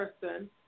person